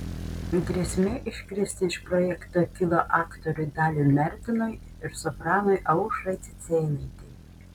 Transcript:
grėsmė iškristi iš projekto kilo aktoriui daliui mertinui ir sopranui aušrai cicėnaitei